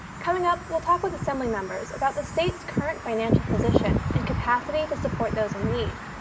coming up, we'll talk with assembly members about the state's current financial position and capacity to support those in need.